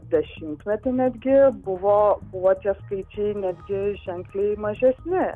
dešimtmetį netgi buvo buvo čia skaičiai netgi ženkliai mažesni